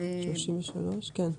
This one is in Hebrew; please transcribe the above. תקנה 33, בבקשה.